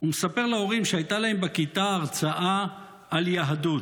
ומספר להורים שהייתה להם בכיתה הרצאה על יהדות,